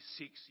six